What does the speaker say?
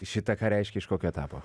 šita ką reiškia iš kokio etapo